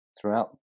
throughout